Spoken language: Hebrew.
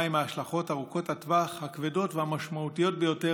עם ההשלכות ארוכות הטווח הכבדות והמשמעותיות ביותר